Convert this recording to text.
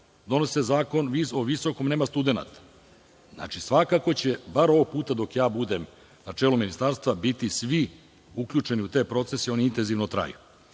Donosi se zakon o visokom obrazovanju, a nema studenata. Znači, svakako će, bar ovog puta dok ja budem na čelu ministarstva, biti svi uključeni u te procese i oni intenzivno traju. Nemam